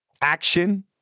action